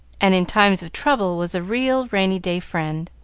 and in times of trouble was a real rainy-day friend.